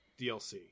DLC